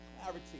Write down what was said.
clarity